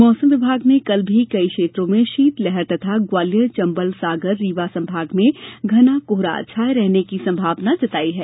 मौसम विभाग ने कई क्षेत्रों में शीतलहर और तेज होने तथा ग्वालियर चंबल सागर रीवा संभाग में घना कोहरा रहने की संभावना जताई है